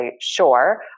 sure